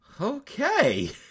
Okay